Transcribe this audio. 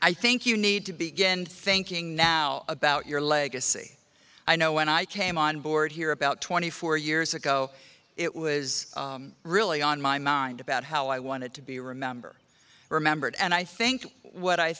i think you need to begin thinking now about your legacy i know when i came on board here about twenty four years ago it was really on my mind about how i wanted to be remember remembered and i think what i